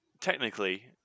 technically